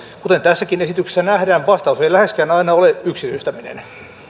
kuten tässäkin esityksessä nähdään vastaus ei läheskään aina ole yksityistäminen